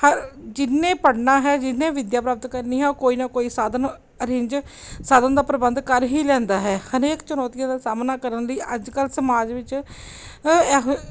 ਹਰ ਜਿਹਨੇ ਪੜ੍ਹਨਾ ਹੈ ਜਿਹਨੇ ਵਿੱਦਿਆ ਪ੍ਰਾਪਤ ਕਰਨੀ ਹੈ ਉਹ ਕੋਈ ਨਾ ਕੋਈ ਸਾਧਨ ਅਰੇਂਜ ਸਾਧਨ ਦਾ ਪ੍ਰਬੰਧ ਕਰ ਹੀ ਲੈਂਦਾ ਹੈ ਹਰੇਕ ਚੁਣੌਤੀਆਂ ਦਾ ਸਾਹਮਣਾ ਕਰਨ ਲਈ ਅੱਜ ਕੱਲ੍ਹ ਸਮਾਜ ਵਿੱਚ ਇਹੋ